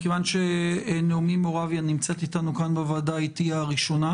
נעמי מורבייה, בבקשה.